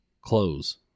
close